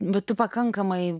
bet tu pakankamai